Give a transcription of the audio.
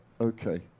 Okay